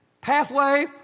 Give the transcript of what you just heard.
pathway